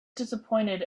disappointed